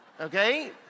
Okay